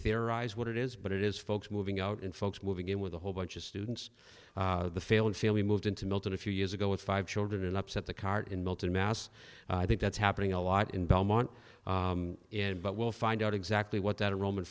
theorize what it is but it is folks moving out and folks moving in with a whole bunch of students the failing family moved into milton a few years ago with five children and upset the cart in milton mass i think that's happening a lot in belmont in but we'll find out exactly what that roman